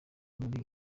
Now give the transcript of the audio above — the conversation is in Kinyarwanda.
muri